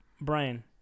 Brian